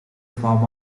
form